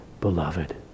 beloved